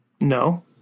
No